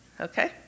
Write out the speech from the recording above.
Okay